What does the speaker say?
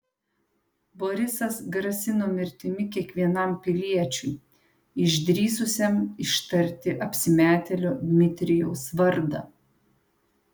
borisas grasino mirtimi kiekvienam piliečiui išdrįsusiam ištarti apsimetėlio dmitrijaus vardą